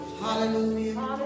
Hallelujah